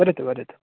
वदतु वदतु